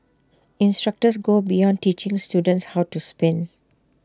instructors go beyond teaching students how to spin